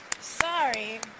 Sorry